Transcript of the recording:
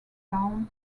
town